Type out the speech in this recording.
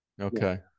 okay